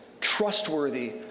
trustworthy